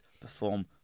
perform